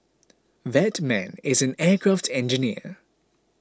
that man is an aircraft engineer